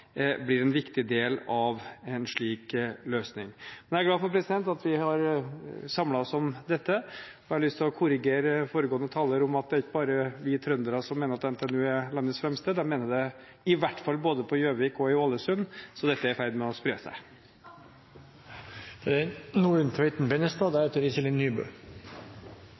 blir en viktig del av en slik løsning. Jeg er glad for at vi har samlet oss om dette, og jeg har lyst til å korrigere foregående taler med at det ikke bare er vi trøndere som mener at NTNU er landets fremste, de mener det i hvert fall både på Gjøvik og i Ålesund – så dette er i ferd med å spre